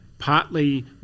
partly